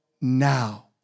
now